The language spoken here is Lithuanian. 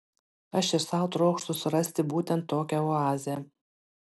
aš ir sau trokštu surasti būtent tokią oazę